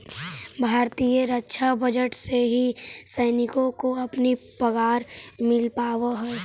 भारतीय रक्षा बजट से ही सैनिकों को अपनी पगार मिल पावा हई